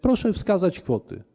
Proszę wskazać kwoty.